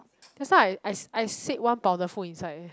just now I I I said one powderful inside eh